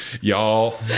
Y'all